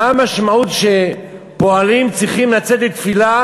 מה המשמעות שפועלים צריכים לצאת לתפילה